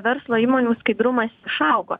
verslo įmonių skaidrumas išaugo